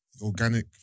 organic